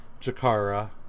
Jakara